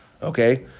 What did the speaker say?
Okay